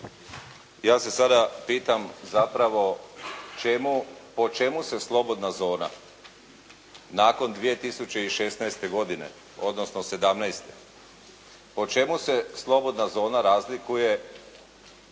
ja se sada pitam zapravo po čemu se slobodna zona nakon 2016. godine, odnosno sedamnaeste, po čemu se slobodna zona razlikuje